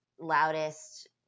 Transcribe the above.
loudest